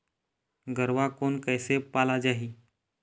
गरवा कोन कइसे पाला जाही?